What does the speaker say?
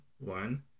One